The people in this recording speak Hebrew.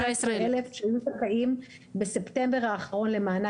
השעה תשע שלושים ואחת ואני מתכבדת לפתוח דיון ראשון של ועדת